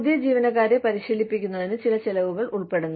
പുതിയ ജീവനക്കാരെ പരിശീലിപ്പിക്കുന്നതിന് ചില ചെലവുകൾ ഉൾപ്പെടുന്നു